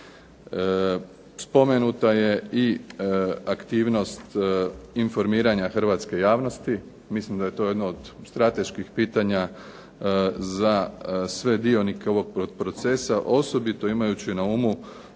Spomenuta je i aktivnost informiranja hrvatske javnosti. Mislim da je to jedno od strateških pitanja za sve dionike ovog procesa, osobito imajući na umu